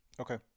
Okay